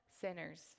sinners